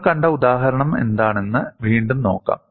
നമ്മൾ കണ്ട ഉദാഹരണം എന്താണെന്ന് വീണ്ടും നോക്കാം